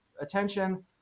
attention